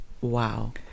Wow